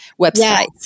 websites